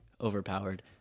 overpowered